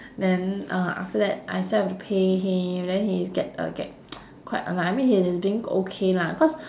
then uh after that I still have to pay him then he get uh get quite annoyed I mean he's being okay lah cause